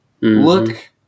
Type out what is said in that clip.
look